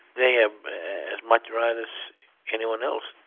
they have as much right as anyone else.